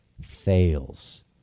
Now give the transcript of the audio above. fails